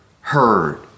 heard